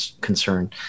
concern